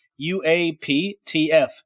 UAPTF